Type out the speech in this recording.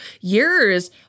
years